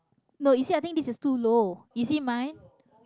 no you see i think this is too low you see mine